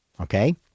Okay